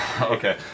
Okay